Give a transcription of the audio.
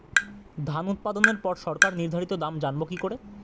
ধান উৎপাদনে পর সরকার নির্ধারিত দাম জানবো কি করে?